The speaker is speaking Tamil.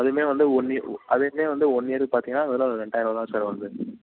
அதுவுமே வந்து அதுவும் வந்து ஒன் இயருக்கு பார்த்திங்கன்னா வெறும் ரெண்டாயர ரூபா தான் சார் வருது